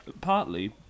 Partly